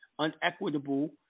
unequitable